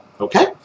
Okay